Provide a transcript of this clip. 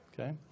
Okay